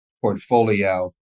portfolio